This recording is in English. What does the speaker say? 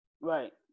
Right